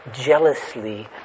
jealously